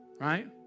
Right